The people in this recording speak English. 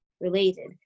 related